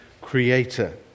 creator